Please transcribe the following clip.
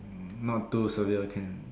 ya not too severe can